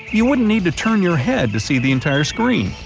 you wouldn't need to turn your head to see the entire screen.